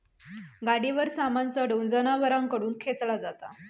गाडीवर सामान चढवून जनावरांकडून खेंचला जाता